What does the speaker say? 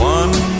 one